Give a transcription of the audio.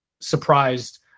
surprised